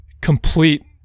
complete